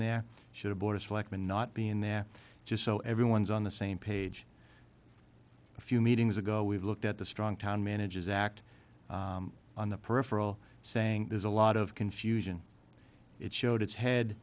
there should a board of selectmen not be in there just so everyone's on the same page a few meetings ago we've looked at the strong town manages act on the peripheral saying there's a lot of confusion it showed its head